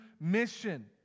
mission